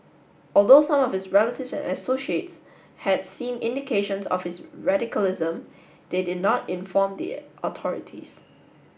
although some of his relatives and associates had seen indications of his radicalism they did not inform the authorities